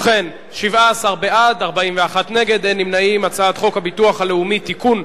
להסיר מסדר-היום את הצעת חוק הביטוח הלאומי (תיקון,